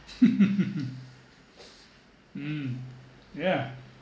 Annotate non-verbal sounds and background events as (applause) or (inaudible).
(laughs) mm yeah